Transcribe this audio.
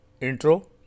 intro